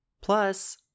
plus